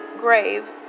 grave